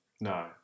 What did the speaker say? No